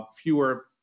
fewer